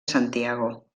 santiago